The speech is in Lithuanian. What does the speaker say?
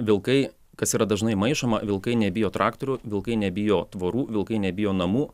vilkai kas yra dažnai maišoma vilkai nebijo traktorių vilkai nebijo tvorų vilkai nebijo namų